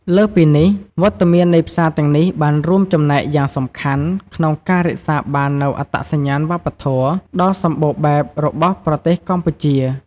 លើសពីនេះ វត្តមាននៃផ្សារទាំងនេះបានរួមចំណែកយ៉ាងសំខាន់ក្នុងការរក្សាបាននូវអត្តសញ្ញាណវប្បធម៌ដ៏សម្បូរបែបរបស់ប្រទេសកម្ពុជា។